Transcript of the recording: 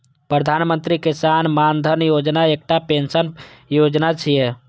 प्रधानमंत्री किसान मानधन योजना एकटा पेंशन योजना छियै